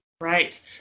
right